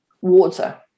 water